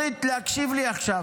קטי שטרית, להקשיב לי עכשיו.